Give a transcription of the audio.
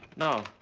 no,